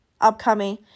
upcoming